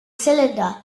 cylinder